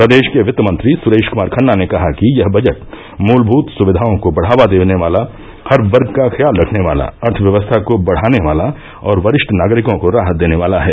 प्रदेश के वित्त मंत्री सुरेश कुमार खन्ना ने कहा कि यह बजट मूलभूत सुवियाओं को बढ़ावा देने वाला हर वर्ग का ख्याल रखने वाला अर्थव्यवस्था को बढ़ाने वाला और वरिष्ठ नागरिकों को राहत देने वाला है